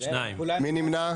2 נמנעים,